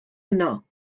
yno